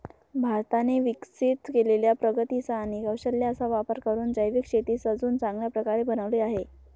भारताने विकसित केलेल्या प्रगतीचा आणि कौशल्याचा वापर करून जैविक शेतीस अजून चांगल्या प्रकारे बनवले आहे